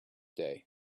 day